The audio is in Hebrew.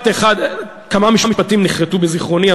כמה משפטים נחרתו בזיכרוני,